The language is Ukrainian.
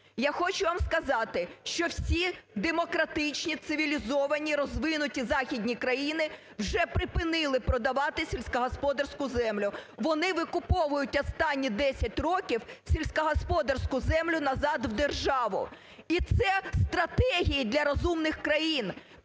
Я хочу вам сказати, що всі демократичні, цивілізовані і розвинуті західні країни вже припинили продавати сільськогосподарську землю. Вони викопують останні 10 років сільськогосподарську землю назад в державу. І це стратегії для розумних країн,